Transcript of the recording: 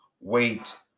wait